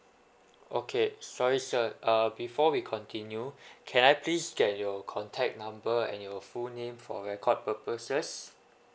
okay sorry sir uh before we continue can I please get your contact number and your full name for record purposes